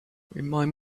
remind